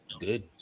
good